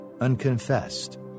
unconfessed